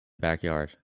backyard